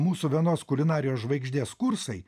mūsų vienos kulinarijos žvaigždės kursai